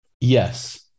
Yes